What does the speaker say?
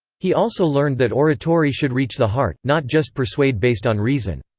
he also learned that oratory should reach the heart, not just persuade based on reason.